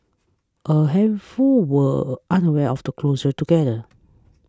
a handful were unaware of the closure altogether